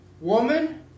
Woman